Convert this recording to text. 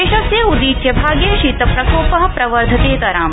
देशस्य उदीच्यभागे शीतप्रकोप प्रवर्धतेतराम्